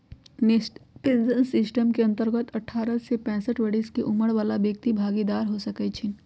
national pension system के अंतर्गत अठारह से पैंसठ बरिश के उमर बला व्यक्ति भागीदार हो सकइ छीन्ह